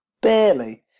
Barely